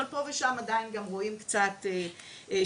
אבל פה ושם עדיין גם רואים קצת שימוש,